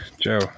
Joe